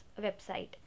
website